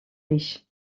riche